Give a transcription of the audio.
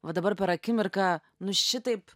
va dabar per akimirką nu šitaip